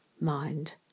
mind